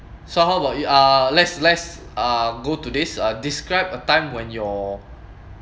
so how about you uh let's let's uh go to this uh describe a time when your